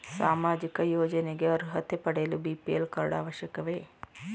ಸಾಮಾಜಿಕ ಯೋಜನೆಗೆ ಅರ್ಹತೆ ಪಡೆಯಲು ಬಿ.ಪಿ.ಎಲ್ ಕಾರ್ಡ್ ಅವಶ್ಯಕವೇ?